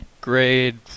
grade